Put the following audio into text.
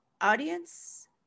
audience